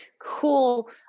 cool